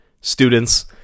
students